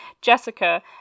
Jessica